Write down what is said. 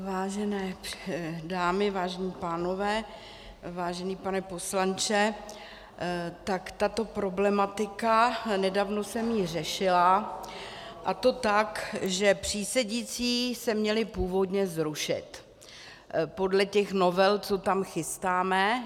Vážené dámy, vážení pánové, vážený pane poslanče, tak tato problematika, nedávno jsem ji řešila, a to tak, že přísedící se měli původně zrušit podle těch novel, co tam chystáme.